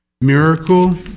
Miracle